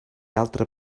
altra